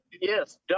Yes